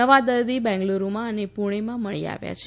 નવા દર્દી બેગ્લુરુમાં અને પૂણેમાં મળી આવ્યા છે